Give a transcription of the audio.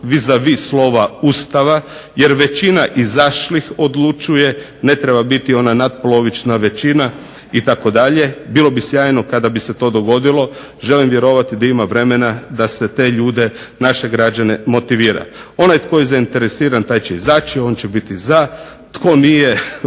vis a vis slova Ustava jer većina izašlih odlučuje, ne treba biti ona natpolovična većina itd. Bilo bi sjajno kada bi se to dogodilo, želim vjerovati da ima vremena da se te ljude, naše građane motivira. Onaj tko je zainteresiran taj će izaći, on će biti za, tko nije